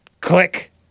Click